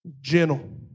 gentle